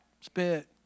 spit